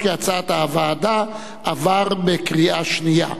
כהצעת הוועדה, עבר בקריאה שנייה.